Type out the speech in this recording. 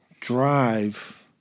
drive